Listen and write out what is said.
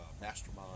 Mastermind